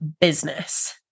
business